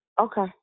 Okay